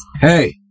Hey